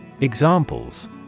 EXAMPLES